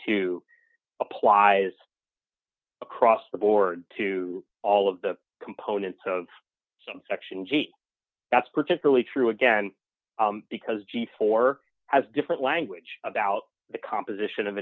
two applies across the board to all of the components of some sections that's particularly true again because g four has different language about the composition of